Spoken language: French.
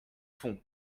fond